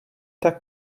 tak